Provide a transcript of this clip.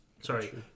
Sorry